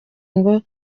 ngo